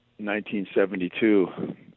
1972